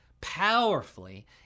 powerfully